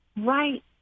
right